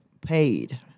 paid